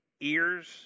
ears